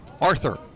Arthur